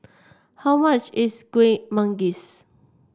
how much is Kueh Manggis